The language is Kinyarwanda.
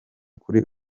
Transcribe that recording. kuri